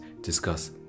discuss